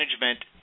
management